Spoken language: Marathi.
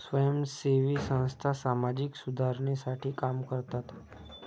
स्वयंसेवी संस्था सामाजिक सुधारणेसाठी काम करतात